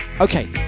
Okay